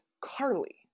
Carly